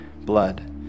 blood